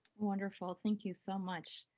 wonderful. thank you so much.